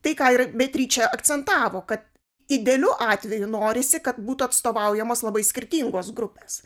tai ką ir beatričė akcentavo kad idealiu atveju norisi kad būtų atstovaujamos labai skirtingos grupės